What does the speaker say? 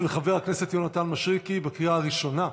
של חבר הכנסת יונתן מישרקי, לקריאה הראשונה.